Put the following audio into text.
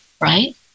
right